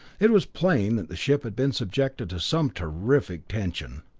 it was plain that the ship had been subjected to some terrific tension.